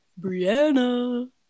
Brianna